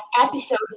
episode